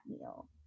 meal